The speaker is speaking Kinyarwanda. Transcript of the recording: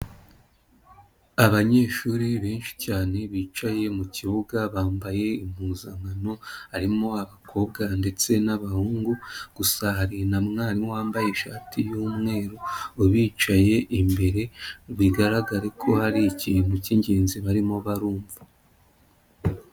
Abanyeshuri benshi cyane bicaye mu kibuga bambaye impuzankano, harimo abakobwa ndetse n'abahungu, gusa hari na mwarimu wambaye ishati y'umweru ubicaye imbere bigaragare ko hari ikintu cy'ingenzi barimo barumva.